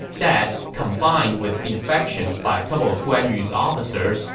that, combined, with defections by a couple of guan yu's officers,